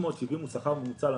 370 שקל הוא שכר ממוצע למשק,